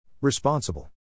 Responsible